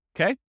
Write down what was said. Okay